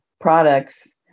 products